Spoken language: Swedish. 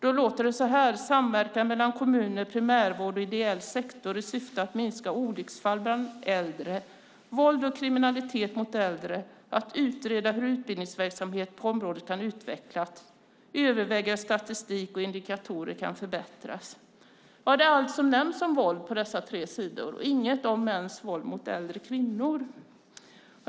Man skriver om samverkan mellan kommuner, primärvård och ideell sektor i syfte att minska olycksfall bland äldre och våld och kriminalitet mot äldre, att utreda hur utbildningsverksamheten på området kan utvecklas och att överväga hur statistik och indikatorer kan förbättras. Det är allt som nämns om våld på dessa tre sidor. Det står inget om mäns våld mot äldre kvinnor.